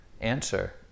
answer